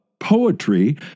poetry